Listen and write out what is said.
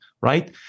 right